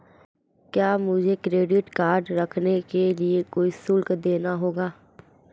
क्या मुझे credit card रखने के लिए कोई शुल्क देना होगा?